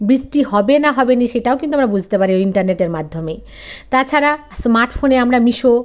বৃষ্টি হবে না হবে না সেটাও কিন্তু আমরা বুঝতে পারি ওই ইন্টারনেটের মাধ্যমে তাছাড়া স্মার্ট ফোনে আমরা মিশো